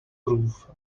proof